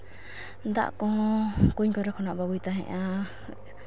ᱫᱟᱜ ᱠᱚᱦᱚᱸ ᱠᱩᱧ ᱠᱚᱨᱮ ᱠᱷᱚᱱᱟᱜ ᱠᱚ ᱟᱹᱜᱩᱭ ᱛᱟᱦᱮᱸᱜᱼᱟ